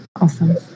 Awesome